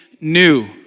new